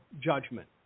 judgment